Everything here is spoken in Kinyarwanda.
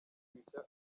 kwishyushya